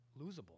losable